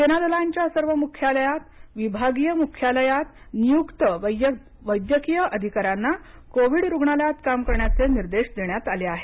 सेना दलांच्या सर्व मुख्यालयांत विभागीय मुख्यालयांत नियुक्त वैद्यकीय अधिकाऱ्यांना कोविड रुग्णालयांत काम करण्याचे निर्देश देण्यात आले आहेत